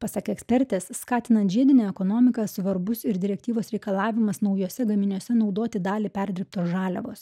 pasak ekspertės skatinant žiedinę ekonomiką svarbus ir direktyvos reikalavimas naujuose gaminiuose naudoti dalį perdirbtos žaliavos